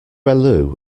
relu